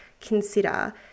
consider